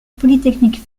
polytechnique